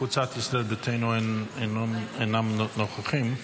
קבוצת ישראל ביתנו, אינם נוכחים,